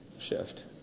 shift